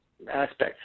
aspects